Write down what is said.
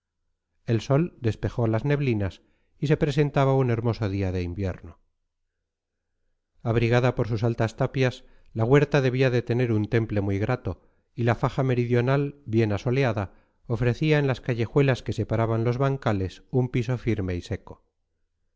el sol despejó las neblinas y se presentaba un hermoso día de invierno abrigada por sus altas tapias la huerta debía de tener un temple muy grato y la faja meridional bien asoleada ofrecía en las callejuelas que separaban los bancales un piso firme y seco